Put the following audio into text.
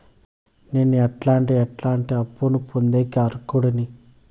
నేను ఎట్లాంటి ఎట్లాంటి అప్పులు పొందేకి అర్హుడిని?